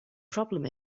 problem